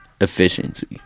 efficiency